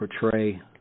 portray